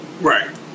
Right